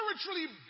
spiritually